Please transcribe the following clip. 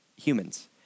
humans